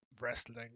wrestling